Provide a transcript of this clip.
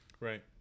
right